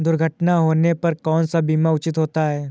दुर्घटना होने पर कौन सा बीमा उचित होता है?